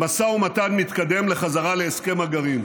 משא ומתן מתקדם לחזרה להסכם הגרעין.